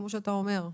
כמו שאתה אומר,